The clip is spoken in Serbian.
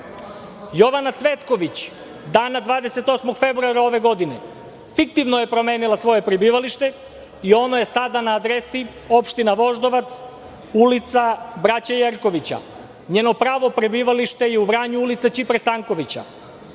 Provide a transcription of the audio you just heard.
Vranju. Jovana Cvetković, dana 28. februara ove godine, fiktivno je promenila svoje prebivalište i ono je sada na adresi – opština Voždovac, ulica Braće Jerković. Njeno pravo prebivalište je u Vranju, ulica Ćipre Stankovića. Goran